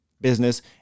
business